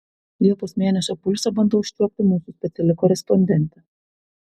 liepos mėnesio pulsą bando užčiuopti mūsų speciali korespondentė